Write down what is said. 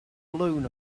blown